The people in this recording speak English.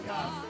God